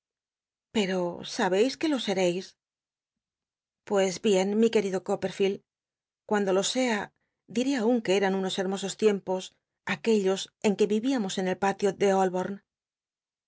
pel'o sabcis que lo sereis l ues bien mi querido coppel'ficld cuando lo sea diré aun que eran unos hermosos tiempos a uellos en que vi amos en el palio de